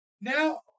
Now